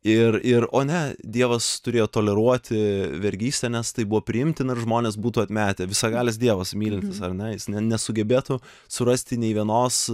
ir ir o ne dievas turėjo toleruoti vergystę nes tai buvo priimtina ir žmonės būtų atmetę visagalis dievas mylintis ar ne nesugebėtų surasti nė vienos